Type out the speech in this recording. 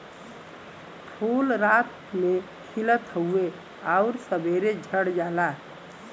फूल रात में खिलत हउवे आउर सबेरे झड़ जाला